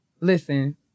Listen